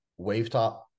wavetop